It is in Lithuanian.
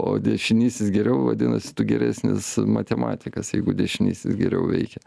o dešinysis geriau vadinasi tu geresnis matematikas jeigu dešinysis geriau veikia